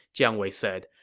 jiang wei said.